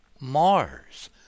mars